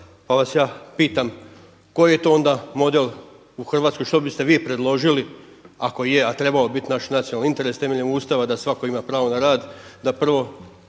Pa vas ja pitam koji je to onda model u Hrvatskoj što biste vi predložili ako je, a trebao bi biti naš nacionalni interes temeljem Ustava da svako ima pravo na rad da prvo